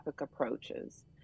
approaches